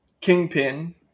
Kingpin